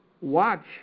Watch